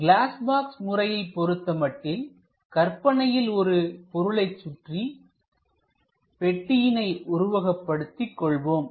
class box முறையைப் பொருத்தமட்டில்கற்பனையில் ஒரு பொருளைச் சுற்றி பெட்டியினை உருவகப்படுத்திக் கொள்வோம்